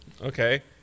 Okay